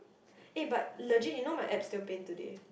eh but legit you know my abs still pain today